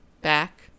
back